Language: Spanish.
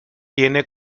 tiene